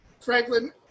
Franklin